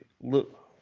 look